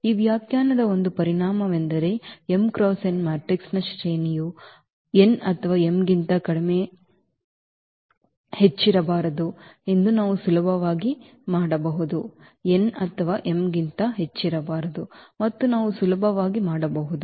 ಈ ವ್ಯಾಖ್ಯಾನದ ಒಂದು ಪರಿಣಾಮವೆಂದರೆ m × n ಮ್ಯಾಟ್ರಿಕ್ಸ್ನ ಶ್ರೇಣಿಯು n ಅಥವಾ m ಗಿಂತ ಹೆಚ್ಚಿರಬಾರದು ಎಂದು ನಾವು ಸುಲಭವಾಗಿ ಮಾಡಬಹುದು